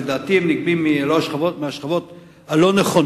ולדעתי הם נגבים מהשכבות הלא-נכונות,